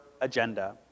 agenda